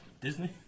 Disney